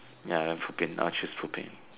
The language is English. ya then pooping I'll choose pooping